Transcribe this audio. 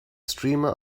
streamer